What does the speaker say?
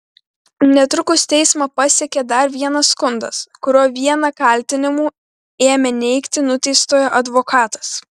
netrukus teismą pasiekė dar vienas skundas kuriuo vieną kaltinimų ėmė neigti nuteistojo advokatas